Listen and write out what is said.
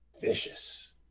vicious